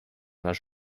les